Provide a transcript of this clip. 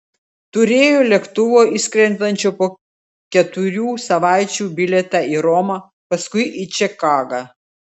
turėjo lėktuvo išskrendančio po keturių savaičių bilietą į romą paskui į čikagą